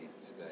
today